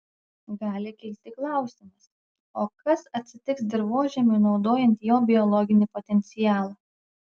gali kilti klausimas o kas atsitiks dirvožemiui naudojant jo biologinį potencialą